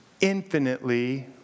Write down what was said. infinitely